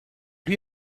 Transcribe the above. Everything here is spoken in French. lui